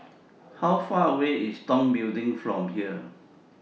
How Far away IS Tong Building from here